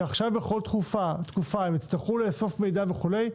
שעכשיו בכל תקופה הם יצטרכו לאסוף מידע וכו',